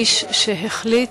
איש שהחליט,